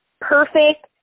perfect